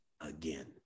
again